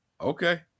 Okay